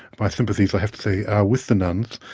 my sympathies, i have to say, are with the nuns,